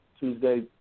Tuesday